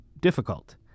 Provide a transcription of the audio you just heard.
difficult